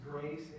grace